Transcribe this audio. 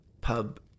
pub